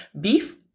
beef